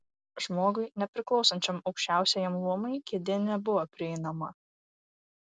žmogui nepriklausančiam aukščiausiajam luomui kėdė nebuvo prieinama